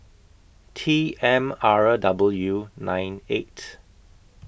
T M R W nine eight